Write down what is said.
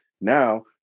now